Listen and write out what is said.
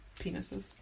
penises